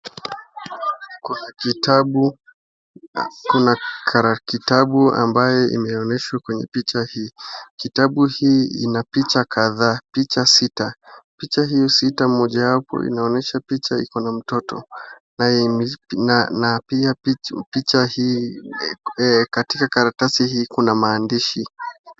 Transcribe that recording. Kuna kitabu ambayo imeonyeshwa kwenye picha hii. Kitabu hii ina picha kadhaa. Picha sita, pichaa hii sita inaonyesha mojawapo ikona mtoto na pia katika karatasi hii kuna maandishi.